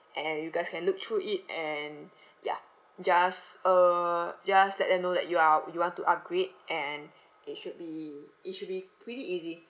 and you guys can look through it and ya just uh just let them know that you are you want to upgrade and it should be it should be pretty easy